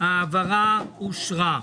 הצבעה ההעברה אושרה.